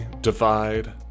divide